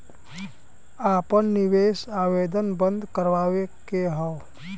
आपन निवेश आवेदन बन्द करावे के हौ?